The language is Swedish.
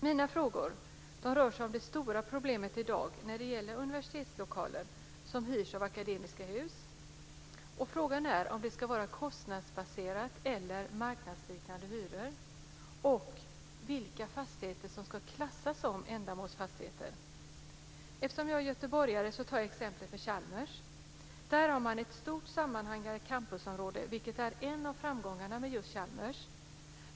Mina frågor rör sig om det stora problemet i dag när det gäller universitetslokaler som hyrs av Akademiska Hus. Frågan är om det ska vara kostnadsbaserade hyror eller marknadsliknande och vilka fastigheter som ska klassas som ändamålsfastigheter. Eftersom jag är göteborgare tar jag exemplet med Chalmers. Där har man ett stort sammanhängande campusområde, vilket är en av framgångarna med just Chalmers.